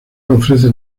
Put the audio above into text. ofrece